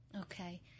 Okay